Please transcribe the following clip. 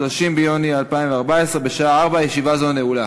30 ביוני 2014, בשעה 16:00. ישיבה זו נעולה.